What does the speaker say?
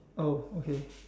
okay